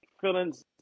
feelings